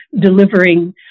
delivering